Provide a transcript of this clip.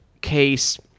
case